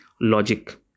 logic